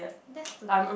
that's stupid